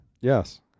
Yes